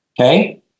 Okay